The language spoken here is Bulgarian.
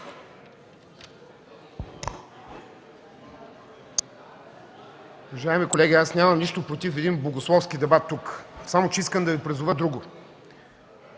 Добре,